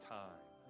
time